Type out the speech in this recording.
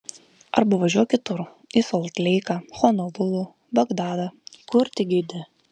arba važiuok kitur į solt leiką honolulu bagdadą kur tik geidi